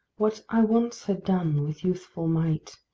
what i once had done with youthful might,